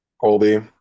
Colby